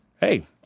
hey